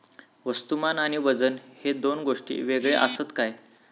वस्तुमान आणि वजन हे दोन गोष्टी वेगळे आसत काय?